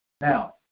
Now